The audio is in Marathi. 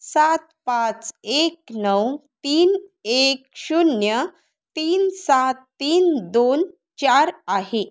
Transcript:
सात पाच एक नऊ तीन एक शून्य तीन सात तीन दोन चार आहे